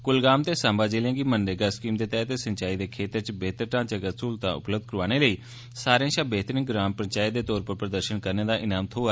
कुलगाम ते सांबा जिलें गी मनरेगा स्कीम दे तैह्त सिंचाई दे खेत्तर च बेह्तर ढांचागत स्हूलतां उपलब्ध करोआने लेई सारें षा बेह्तरीन ग्राम पंचैत दे तौर पर प्रदर्षन करने दा ईनाम थ्होआ